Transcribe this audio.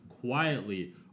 quietly